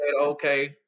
okay